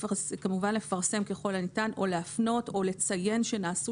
כמובן לפרסם ככל הניתן או להפנות או לציין שנעשו